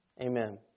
Amen